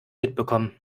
mitbekommen